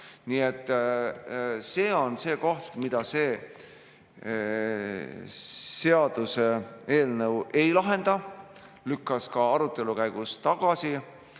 Nii et see on see koht, mida see seaduseelnõu ei lahenda. See teema lükati ka arutelu käigus tagasi.